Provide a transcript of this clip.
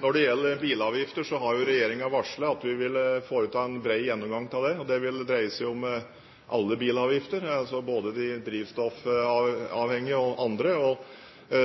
Når det gjelder bilavgifter, har jo regjeringen varslet at vi vil foreta en bred gjennomgang av dem. Det vil dreie seg om alle bilavgifter, altså både de drivstoffavhengige og andre.